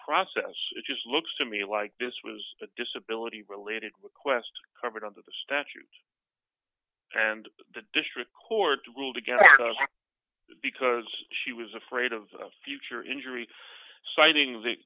process it just looks to me like this was a disability related request covered under the statute and the district court ruled against because she was afraid of future injury citing the